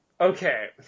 Okay